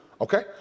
Okay